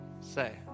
say